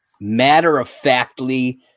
matter-of-factly